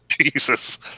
Jesus